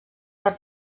per